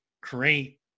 create